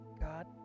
God